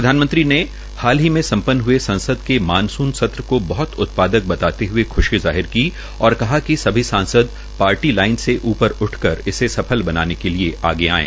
प्रधानमंत्री ने हाल ही में सम्पन्न हई संसद के मानसून सत्र को बहत उत्पादक बताते हए ख्शी जाहिर की और कहा कि सभी सांसद पार्टी लाइन से ऊपर उठकर इसे सफल बनाने के लिए आगे आये